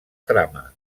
trama